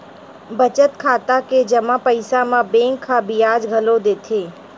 बचत खाता के जमा पइसा म बेंक ह बियाज घलो देथे